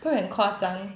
会很夸张